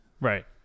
Right